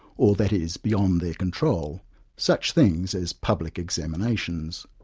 or that is beyond their control such things as public examinations.